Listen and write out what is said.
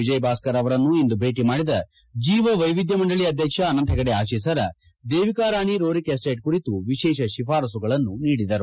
ವಿಜಯ ಭಾಸ್ಕರ್ ಅವರನ್ನು ಇಂದು ಭೇಟಿ ಮಾಡಿದ ಜೀವವೈವಿಧ್ಯ ಮಂಡಳಿ ಅಧ್ಯಕ್ಷ ಅನಂತ ಹೆಗಡೆ ಅಶಿಸರ ದೇವಿಕಾರಾಣಿ ರೋರಿಕ್ ಎಸ್ಪೇಟ್ ಕುರಿತು ವಿಶೇಷ ಶಿಫಾರಸುಗಳನ್ನು ನೀಡಿದರು